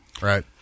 Right